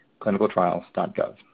clinicaltrials.gov